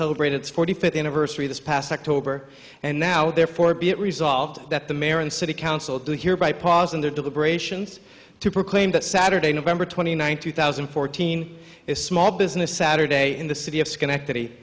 celebrated its forty fifth anniversary this past october and now therefore be it resolved that the mayor and city council do hereby pause in their deliberations to proclaim that saturday november twenty ninth two thousand and fourteen is small business saturday in the city of schenectady